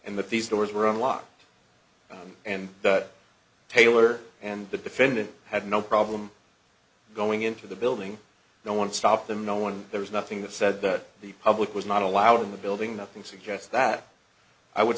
and that these doors were unlocked and taylor and the defendant had no problem going into the building no one stopped them no one there was nothing that said that the public was not allowed in the building nothing suggests that i would